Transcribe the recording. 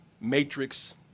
matrix